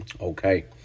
Okay